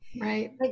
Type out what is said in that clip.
Right